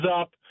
up